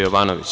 Jovanović.